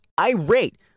irate